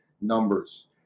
numbers